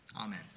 Amen